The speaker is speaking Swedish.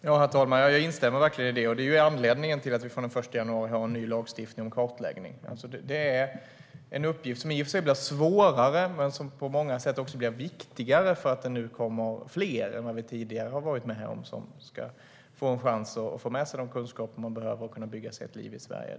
Herr talman! Jag instämmer verkligen i det. Det är anledningen till att vi från den 1 januari har en ny lagstiftning och en kartläggning. Det är en uppgift som i och för sig blir svårare men som på många sätt också blir viktigare därför att det nu kommer fler än tidigare som ska få en chans att få med sig de kunskaper som de behöver för att kunna bygga sig ett liv i Sverige.